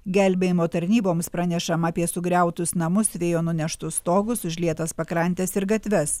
gelbėjimo tarnyboms pranešama apie sugriautus namus vėjo nuneštus stogus užlietas pakrantes ir gatves